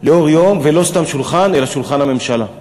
לאור יום, ולא סתם שולחן אלא שולחן הממשלה.